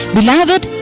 Beloved